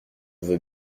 veux